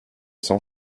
sans